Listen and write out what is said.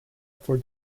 for